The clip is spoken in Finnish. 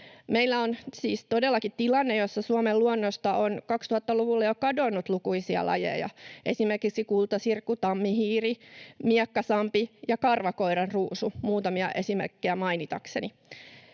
Meillä on siis todellakin tilanne, jossa Suomen luonnosta on 2000-luvulla jo kadonnut lukuisia lajeja, esimerkiksi kultasirkku, tammihiiri, miekkasampi ja karvakoiranruusu, muutamia esimerkkejä mainitakseni,